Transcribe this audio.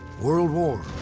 world war,